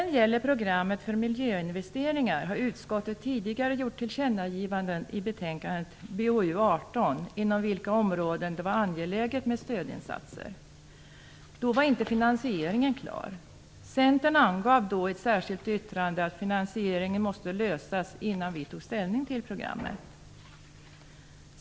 När det gäller programmet för miljöinvesteringar har utskottet tidigare gjort tillkännagivanden i betänkandet BoU18 beträffande inom vilka områden det är angeläget med stödinsatser. Då var inte finansieringen klar. Centern angav då i ett särskilt yttrande att finansieringen måste lösas innan vi tog ställning till programmet.